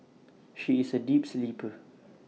she is A deep sleeper